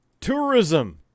tourism